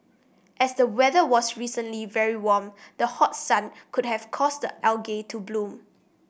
as the weather was recently very warm the hot sun could have caused the algae to bloom